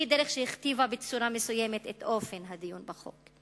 היא דרך שהכתיבה בצורה מסוימת את אופן הדיון בחוק.